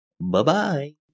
Bye-bye